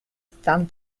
than